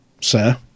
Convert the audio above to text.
sir